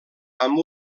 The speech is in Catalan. amb